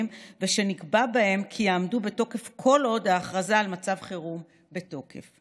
ושנקבע בהם כי יעמדו בתוקף כל עוד ההכרזה על מצב חירום בתוקף.